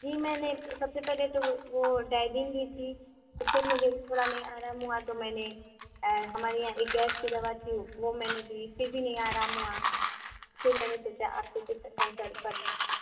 جی میں نے سب سے پہلے تو وہ ڈائجین لی تھی اس سے مجھے تھوڑا نہیں آرام ہوا تو میں نے ہمارے یہاں ایک گیس کی دوا تھی وہ میں نے لی پھر بھی نہیں آرام ہوا پھر میں نے سوچا آپ سے کچھ کنسلٹ کر لوں